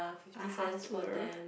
a hustler